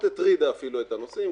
הטרידה את הנוסעים.